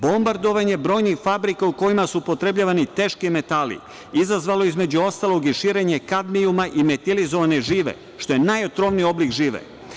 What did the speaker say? Bombardovanje brojnih fabrika u kojima su upootrebljavani teški metali izazvalo je, između ostalog i širenje kadmijuma i metilizovane žive, što je najotrovniji oblik žive.